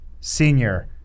senior